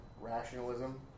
rationalism